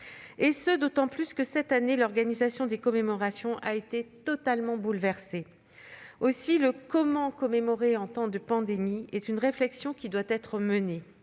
valeurs, d'autant que, cette année, l'organisation des commémorations a été totalement bouleversée. D'ailleurs, la façon de commémorer en temps de pandémie est une réflexion qui doit être menée.